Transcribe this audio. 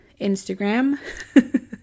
Instagram